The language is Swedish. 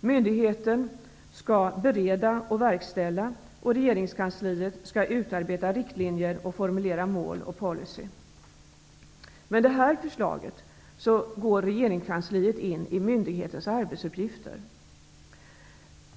Myndigheten skall bereda och verkställa, och regeringskansliet skall utarbeta riktlinjer och formulera mål och policy. Med det här förslaget går regeringskansliet in i myndigheternas arbetsuppgifter.